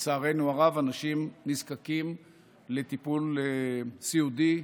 לצערנו הרב, אנשים נזקקים לטיפול סיעודי.